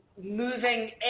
moving